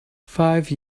five